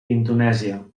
indonèsia